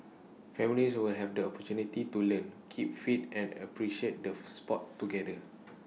families will have the opportunity to learn keep fit and appreciate the Sport together